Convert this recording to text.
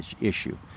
issue